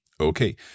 Okay